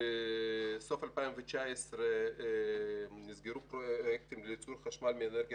בסוף 2019 נסגרו פרויקטים לייצור חשמל מאנרגיה